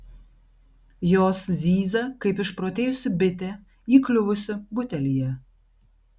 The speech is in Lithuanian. jos zyzia kaip išprotėjusi bitė įkliuvusi butelyje